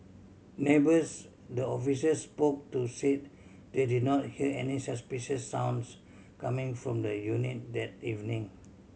neighbours the officers spoke to said they did not hear any suspicious sounds coming from the unit that evening